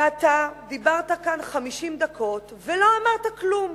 ואתה דיברת כאן 50 דקות ולא אמרת כלום.